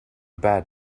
bad